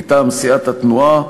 מטעם סיעת התנועה,